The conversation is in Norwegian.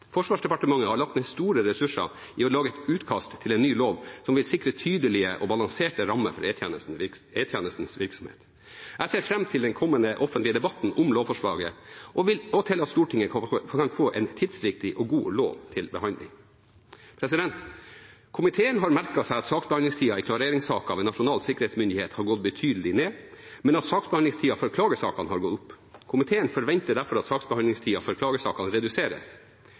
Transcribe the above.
Forsvarsdepartementet har lagt ned store ressurser i å lage et utkast til en ny lov som vil sikre tydelige og balanserte rammer for E-tjenestens virksomhet. Jeg ser fram til den kommende offentlige debatten om lovforslaget og til at Stortinget kan få en tidsriktig og god lov til behandling. Komiteen har merket seg at saksbehandlingstida i klareringssaker ved Nasjonal sikkerhetsmyndighet har gått betydelig ned, men at saksbehandlingstida for klagesakene har gått opp. Komiteen forventer derfor at saksbehandlingstida for klagesakene reduseres.